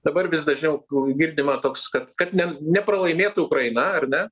dabar vis dažniau girdima toks kad kad ne nepralaimėtų ukraina ar ne